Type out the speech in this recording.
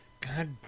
God